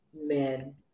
Amen